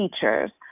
teachers